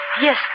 Yes